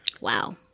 Wow